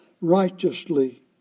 righteously